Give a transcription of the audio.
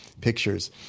Pictures